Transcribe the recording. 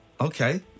Okay